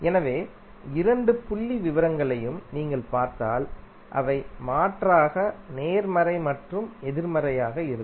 எனவே இரண்டு புள்ளிவிவரங்களையும் நீங்கள் பார்த்தால் அவை மாற்றாக நேர்மறை மற்றும் எதிர்மறையாக இருக்கும்